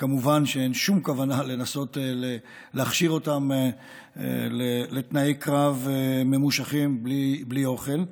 וכמובן שאין שום כוונה לנסות להכשיר אותם לתנאי קרב ממושכים בלי אוכל.